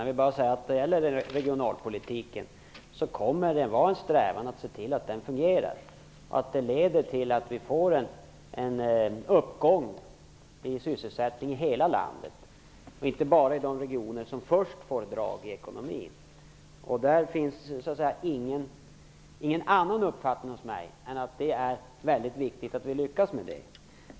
Herr talman! Det kommer att vara en strävan att regionalpolitiken fungerar och att det leder till en uppgång i sysselsättningen i hela landet, inte bara i de regioner som först får drag i ekonomin. Jag har ingen annan uppfattning än att det är väldigt viktigt att vi lyckas med det.